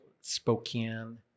Spokane